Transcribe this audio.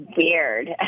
weird